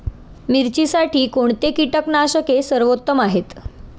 मिरचीसाठी कोणते कीटकनाशके सर्वोत्तम आहे?